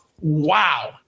wow